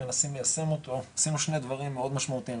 מנסים ליישם אותו עשינו שני דברים מאוד משמעותיים.